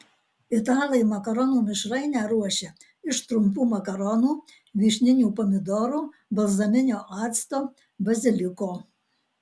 italai makaronų mišrainę ruošia iš trumpų makaronų vyšninių pomidorų balzaminio acto baziliko